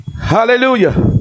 hallelujah